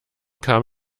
kam